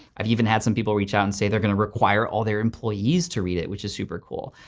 i've even had some people reach out and say they're gonna require all their employees to read it which is super cool.